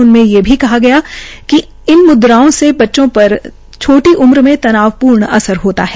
उनमे ये भी कहा गया है कि इन मुद्राओं से बच्चों पर छोटी उम्र में तनावपूर्ण असर होता है